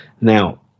Now